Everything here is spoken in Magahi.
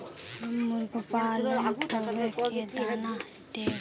हम मुर्गा पालव तो उ के दाना देव?